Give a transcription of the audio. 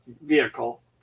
vehicle